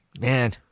Man